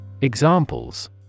Examples